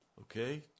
Okay